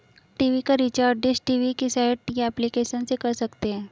TV का recharge dish TV की site या एप्लीकेशन से कर सकते है